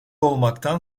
olmaktan